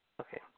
Okay